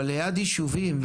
אבל ליד יישובים,